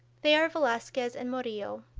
they are velazquez and murillo.